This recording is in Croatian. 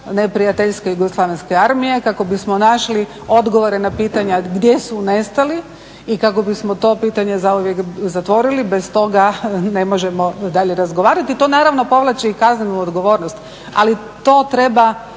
neprijateljske JNA kako bismo našli odgovore na pitanja gdje su nestali i kako bismo to pitanje zauvijek zatvorili. Bez toga ne možemo dalje razgovarati. To naravno povlači i kaznenu odgovornost, ali to treba